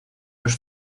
los